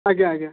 ଆଜ୍ଞା ଆଜ୍ଞା